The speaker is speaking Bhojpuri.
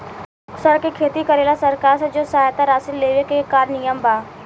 सर के खेती करेला सरकार से जो सहायता राशि लेवे के का नियम बा?